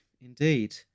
indeed